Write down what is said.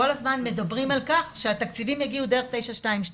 כל הזמן מדברים על כך שהתקציבים יגיעו דרך 922,